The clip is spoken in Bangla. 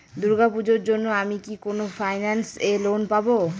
দূর্গা পূজোর জন্য আমি কি কোন ফাইন্যান্স এ লোন পাবো?